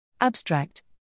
Abstract